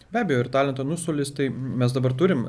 be abejo ir talento nu solistai mes dabar turim